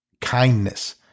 kindness